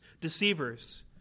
deceivers